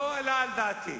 לא עלה על דעתי,